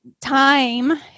time